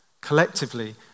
collectively